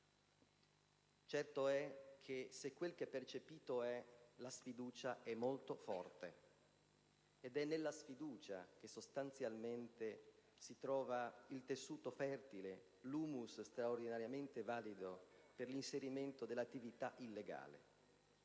Certo è che se quel che percepito è, la sfiducia è molto forte, ed è in essa che sostanzialmente si trova il tessuto fertile, l'*humus* straordinariamente valido per l'inserimento dell'attività illegale.